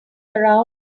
around